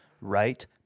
right